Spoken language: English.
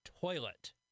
Toilet